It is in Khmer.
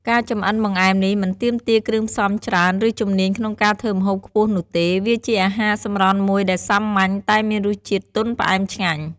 ការចម្អិនបង្អែមនេះមិនទាមទារគ្រឿងផ្សំច្រើន ឬជំនាញក្នុងការធ្វើម្ហូបខ្ពស់នោះទេ វាជាអាហារសម្រន់មួយដែលសាមញ្ញ តែមានរសជាតិទន់ផ្អែមឆ្ងាញ់។